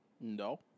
No